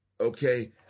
okay